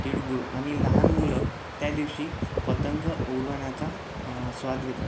तिळगूळ आणि लहान मुलं त्या दिवशी पतंग उडवण्याचा स्वाद घेतात